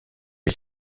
les